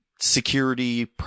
security